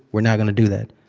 we're not going to do that.